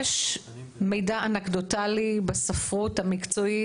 יש מידע אנקדוטלי בספרות המקצועית,